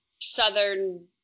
southern